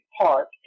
Park